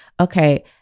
okay